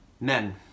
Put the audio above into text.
men